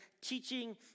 Teaching